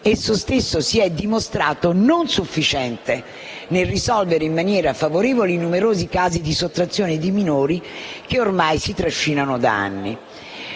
lo strumento si è dimostrato non sufficiente nel risolvere in maniera favorevole i numerosi casi di sottrazione di minori che ormai si trascinano da anni.